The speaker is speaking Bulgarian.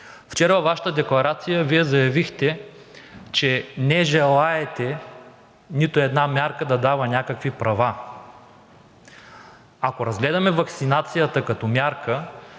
Вчера във Вашата декларация Вие заявихте, че не желаете нито една мярка да дава някакви права. Ако разгледаме ваксинацията като мярка